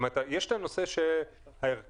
יש את הנושא הערכי,